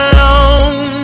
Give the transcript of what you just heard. Alone